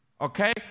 okay